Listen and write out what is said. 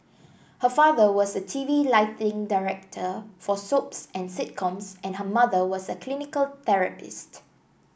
her father was a T V lighting director for soaps and sitcoms and her mother was a clinical therapist